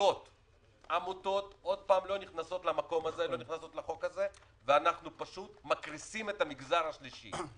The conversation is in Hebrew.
עמותות לא נכנסות לחוק הזה ואנחנו פשוט מקריסים את המגזר השלישי.